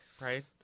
Right